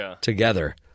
together